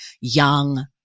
young